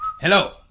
Hello